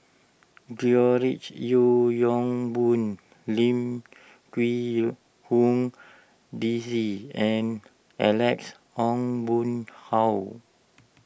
George Yeo Yong Boon Lim Quee Hong Daisy and Alex Ong Boon Hau